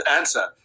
answer